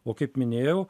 o kaip minėjau